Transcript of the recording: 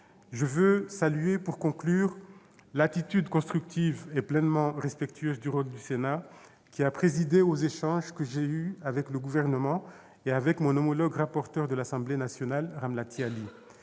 Je veux saluer, pour conclure, l'attitude constructive et pleinement respectueuse du rôle du Sénat qui a présidé aux échanges que j'ai eus avec le Gouvernement et avec mon homologue rapporteure de l'Assemblée nationale, Ramlati Ali.